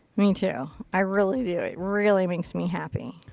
me too. i really do. it really makes me happy.